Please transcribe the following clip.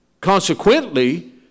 consequently